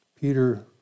Peter